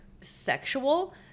sexual